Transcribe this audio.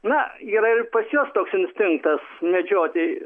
na yra ir pas juos toks instinktas medžioti